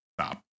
Stop